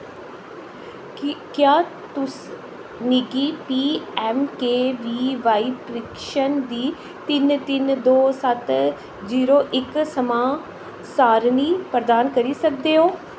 क्या तुस मिगी P M K V Y प्रशिक्षण दी तिन तिन दो सत्त जीरो इक समां सारणी प्रदान करी सकदे ओ